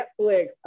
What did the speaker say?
Netflix